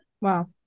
Wow